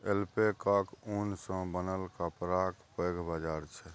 ऐल्पैकाक ऊन सँ बनल कपड़ाक पैघ बाजार छै